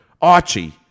Archie